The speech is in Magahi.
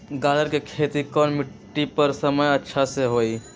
गाजर के खेती कौन मिट्टी पर समय अच्छा से होई?